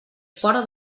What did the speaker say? fora